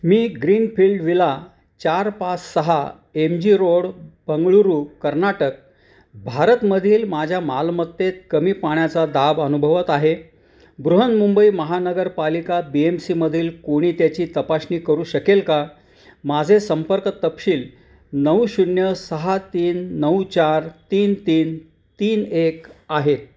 मी Greenfield villa चार पास सहा M G road Bengaluru Karnataka भारतमधील माझ्या मालमत्तेत कमी पाण्याचा दाब अनुभवत आहे बृहन्मुंबई महानगरपालिका बी एम सीमधील कोणी त्याची तपासणी करू शकेल का माझे संपर्क तपशील नऊ शून्य सहा तीन नऊ चार तीन तीन तीन एक आहेत